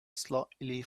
slightly